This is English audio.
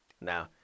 Now